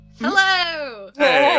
Hello